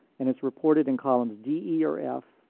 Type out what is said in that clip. and it's reported in columns d, e, or f,